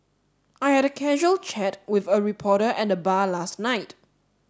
I had a casual chat with a reporter at the bar last night